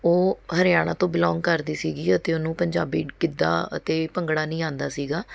ਉਹ ਹਰਿਆਣਾ ਤੋਂ ਬਲੌਂਗ ਕਰਦੀ ਸੀਗੀ ਅਤੇ ਉਹਨੂੰ ਪੰਜਾਬੀ ਗਿੱਧਾ ਅਤੇ ਭੰਗੜਾ ਨਹੀਂ ਆਉਂਦਾ ਸੀਗਾ